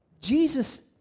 Jesus